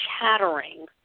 chattering